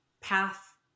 path